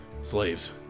slaves